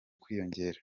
kwiyongera